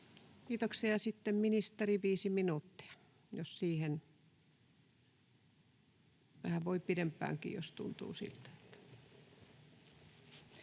Kiitoksia. — Sitten ministeri, viisi minuuttia, ja vähän voi pidempäänkin, jos tuntuu siltä.